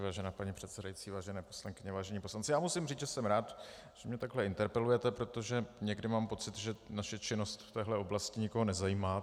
Vážená paní předsedající, vážené poslankyně, vážení poslanci, já musím říct, že jsem rád, že mě takhle interpelujete, protože někdy mám pocit, že naše činnost v téhle oblasti nikoho nezajímá.